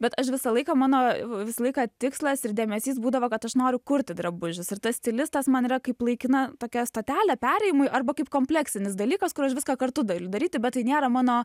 bet aš visą laiką mano visą laiką tikslas ir dėmesys būdavo kad aš noriu kurti drabužius ir tas stilistas man yra kaip laikina tokia stotelė perėjimui arba kaip kompleksinis dalykas kuris aš viską kartu galiu daryti bet tai nėra mano